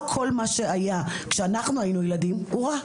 לא כל מה שהיה כשאנחנו היינו ילדים הוא רע.